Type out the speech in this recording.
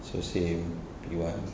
so same P one